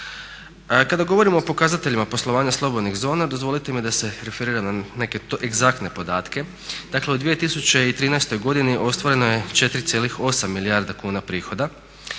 Kada govorimo o pokazateljima poslovanja slobodnih zona dozvolite mi da se referiram na neke egzaktne podatke. Dakle, u 2013. godini ostvareno je 4,8 milijardi kuna prihoda